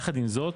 יחד עם זאת,